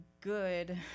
good